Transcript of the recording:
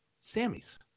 Sammy's